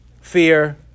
fear